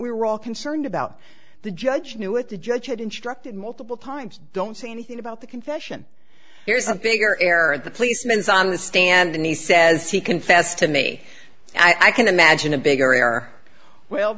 we were all concerned about the judge knew it the judge had instructed multiple times don't say anything about the confession here's a bigger error the policemen's on the stand and he says he confessed to me i can imagine a bigger are well